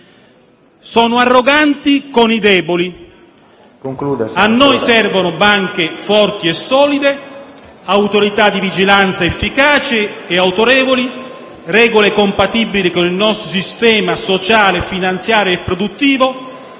sono arroganti con i deboli. A noi servono banche forti e solide, autorità di vigilanza efficaci ed autorevoli, regole compatibili con il nostro sistema sociale, finanziario e produttivo,